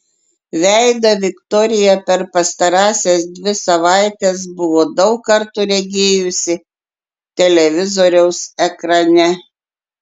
veidą viktorija per pastarąsias dvi savaites buvo daug kartų regėjusi televizoriaus ekrane